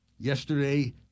Yesterday